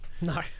No